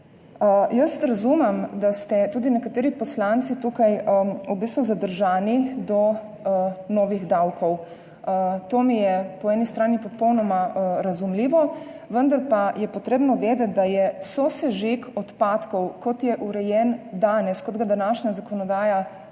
Razumem, da ste tudi nekateri poslanci tukaj v bistvu zadržani do novih davkov. To mi je po eni strani popolnoma razumljivo, vendar pa je potrebno vedeti, da ni sosežig odpadkov, kot je urejen danes, kot ga današnja zakonodaja